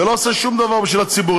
ולא עושה שום דבר בשביל הציבור.